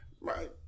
Right